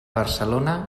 barcelona